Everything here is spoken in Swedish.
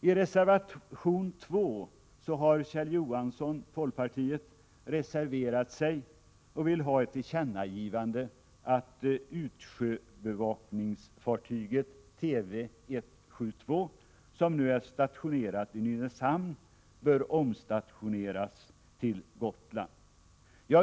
I reservation 2 vill Kjell Johansson, folkpartiet, ha ett tillkännagivande om att utsjöbevakningsfartyget Tv 172, som nu är stationerat i Nynäshamn, bör omstationeras till Gotland.